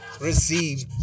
receive